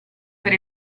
per